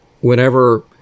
whenever